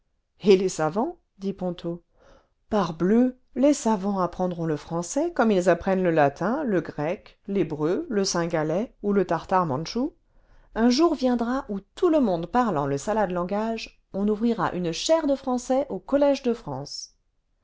et les savants dit ponto parbleu les savants apprendront le français comme ils apprennent le latin le grec l'hébreu le cingalais ou le tartare mandchou un jour viendra où tout le monde parlant le salade langage on ouvrira une chaire de français au collège de france